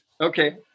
Okay